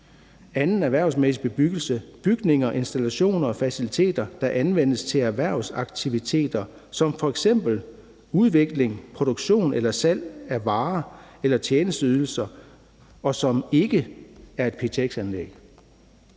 ”anden erhvervsmæssig bebyggelse” som bygninger, installationer og faciliteter, der anvendes til erhvervsaktiviteter som f.eks. udvikling, produktion eller salg af varer eller tjenesteydelser, og som ikke er PtX-anlæg.«